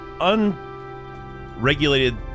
unregulated